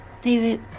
David